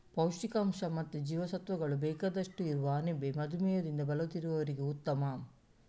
ಪೌಷ್ಟಿಕಾಂಶ ಮತ್ತೆ ಜೀವಸತ್ವಗಳು ಬೇಕಷ್ಟು ಇರುವ ಅಣಬೆ ಮಧುಮೇಹದಿಂದ ಬಳಲುತ್ತಿರುವವರಿಗೂ ಉತ್ತಮ